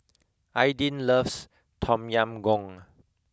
Aydin loves Tom Yam Goong